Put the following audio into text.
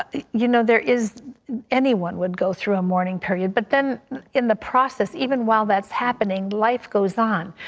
you know, there is anyone would go through a mourning period but then in the process, even while that's happening, life goes on.